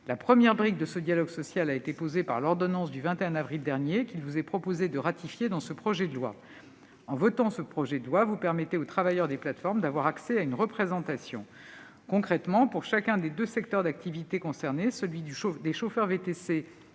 La première brique de ce dialogue social a été posée par l'ordonnance du 21 avril dernier, qu'il vous est proposé de ratifier dans le présent projet de loi. En votant ce texte, vous permettrez aux travailleurs des plateformes d'avoir accès à une représentation. Concrètement, pour chacun des deux secteurs d'activité concernés, celui des chauffeurs de VTC et